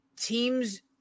teams